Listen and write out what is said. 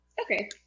Okay